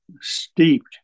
steeped